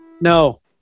No